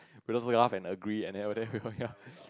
we just laugh and agree and then we will